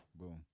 Boom